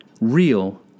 real